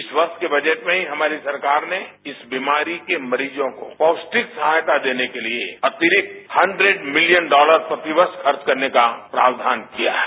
इस वर्ष के बजट में ही हमारी सरकार ने इस बीमारी के मरीजों को पौष्टिक सहायता देने के लिए अतिरिक्त हन्ड्रैड मिलियन डॉलर प्रतिवर्ष खर्च करने का प्रावधान किया है